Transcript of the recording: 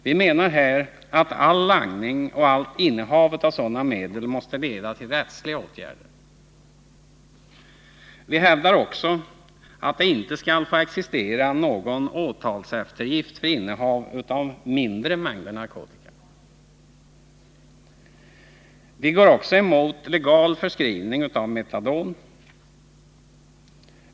Vi menar att all langning och allt innehav av sådana medel måste föranleda rättsliga åtgärder. Vi hävdar också att åtalseftergift för innehav av mindre mängder narkotika inte får existera. Vi är emot legal förskrivning av metadon.